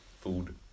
food